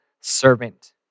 servant